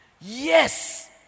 yes